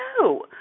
No